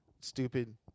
stupid